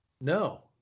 No